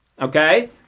okay